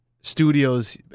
studios